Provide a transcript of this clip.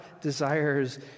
desires